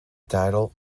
title